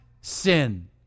sin